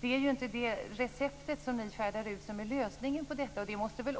Det är ju inte det recept ni utfärdar som är lösningen. Det måste väl